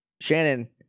Shannon